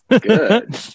Good